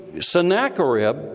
Sennacherib